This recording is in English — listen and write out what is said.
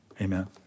Amen